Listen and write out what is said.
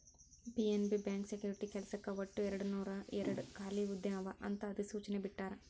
PNB bank security ಕೆಲ್ಸಕ್ಕ ಒಟ್ಟು ಎರಡನೂರಾಯೇರಡ್ ಖಾಲಿ ಹುದ್ದೆ ಅವ ಅಂತ ಅಧಿಸೂಚನೆ ಬಿಟ್ಟಾರ